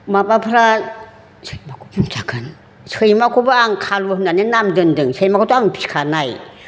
माबाफ्रा सैमाखौबो आं खालु होननानै नाम दोनदों सैमाखौथ' आं फिसिखानाय